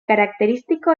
característico